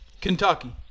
Kentucky